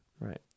Right